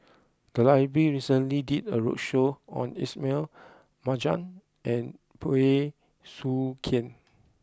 the library recently did a roadshow on Ismail Marjan and Bey Soo Khiang